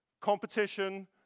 competition